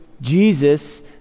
Jesus